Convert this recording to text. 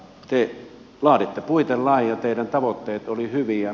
te laaditte puitelain ja teidän tavoitteenne olivat hyviä